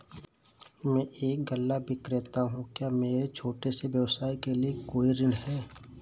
मैं एक गल्ला विक्रेता हूँ क्या मेरे छोटे से व्यवसाय के लिए कोई ऋण है?